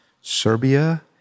Serbia